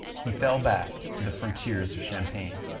he fell back to the frontiers of champagne.